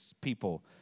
people